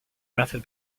method